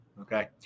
Okay